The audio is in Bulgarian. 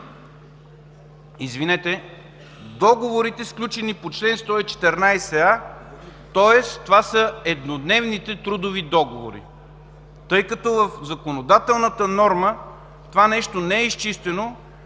влизат договорите, сключени по чл. 114а, тоест това са еднодневните трудови договори, тъй като в законодателната норма това не е изчистено.